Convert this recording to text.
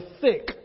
thick